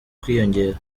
kwiyongera